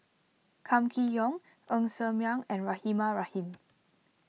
Kam Kee Yong Ng Ser Miang and Rahimah Rahim